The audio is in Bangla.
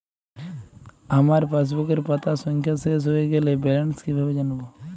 আমার পাসবুকের পাতা সংখ্যা শেষ হয়ে গেলে ব্যালেন্স কীভাবে জানব?